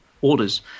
orders